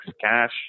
cash